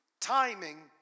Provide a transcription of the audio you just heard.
timing